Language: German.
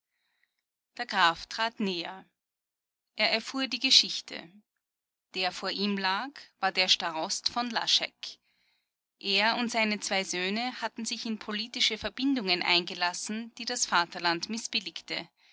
der graf trat näher er erfuhr die geschichte der vor ihm lag war der starost von laschek er und seine zwei söhne hatten sich in politische verbindungen eingelassen die das vaterland mißbilligte